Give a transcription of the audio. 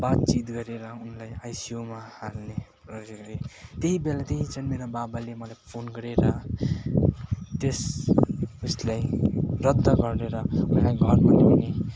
बातचित गरेर उनलाई आइसियूमा हाल्ने त्यही बेला त्यही क्षण मेरो बाबाले मलाई फोन गरेर त्यस उएसलाई रद्द गरेर घरमा ल्याउने